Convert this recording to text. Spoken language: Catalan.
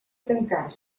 tancar